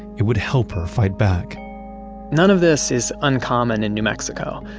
it would help her fight back none of this is uncommon in new mexico,